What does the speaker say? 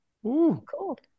Cool